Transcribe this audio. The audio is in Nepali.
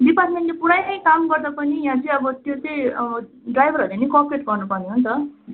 डिपार्टमेन्टले पुरै काम गर्दा पनि यहाँ चाहिँ अब त्यो चाहिँ ड्राइभरहरूले पनि कोप्रेट गर्नुपर्ने हो नि त